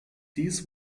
dies